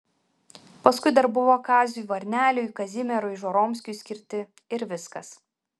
paskui dar buvo kaziui varneliui kazimierui žoromskiui skirti ir viskas